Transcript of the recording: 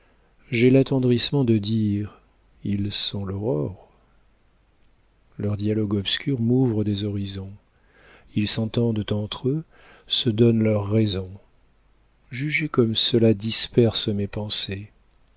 j'ai l'attendrissement de dire ils sont l'aurore leur dialogue obscur m'ouvre des horizons ils s'entendent entr'eux se donnent leurs raisons jugez comme cela disperse mes pensées